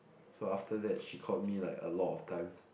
so after that she called me like a lot of times